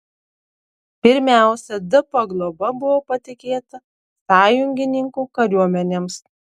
pirmiausia dp globa buvo patikėta sąjungininkų kariuomenėms